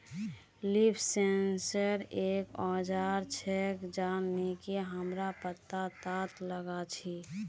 leaf sensor एक औजार छेक जननकी हमरा पत्ततात लगा छी